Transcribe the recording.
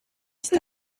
ist